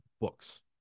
books